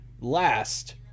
last